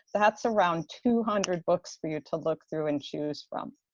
that's around two hundred books for you to look through and choose from.